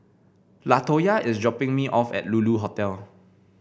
Latoyia is dropping me off at Lulu Hotel